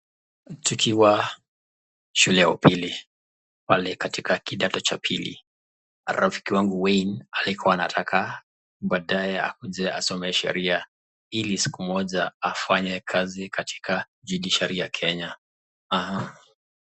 Tukiwa shule ya upili pale katika kidato cha pili, rafiki yangu Wayne alikuwa anataka baadae akuje asome sheria, ili siku moja afanye kazi katika judiciary ya Kenya.